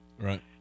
Right